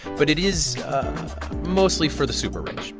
but it is mostly for the super-rich.